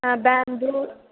a bamboo